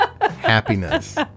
happiness